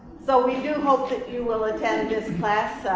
so we do hope you will attend this class.